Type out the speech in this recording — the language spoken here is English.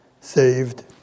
saved